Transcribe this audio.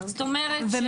זאת אומרת,